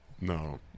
No